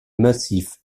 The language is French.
massif